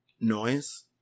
noise